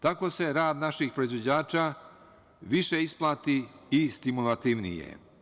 Tako se rad naših proizvođača više isplati i stimulativnije je.